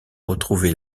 retrouver